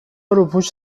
روپوش